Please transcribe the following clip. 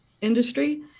industry